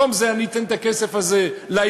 במקום זה אני אתן את הכסף הזה לארגונים,